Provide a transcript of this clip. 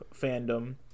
fandom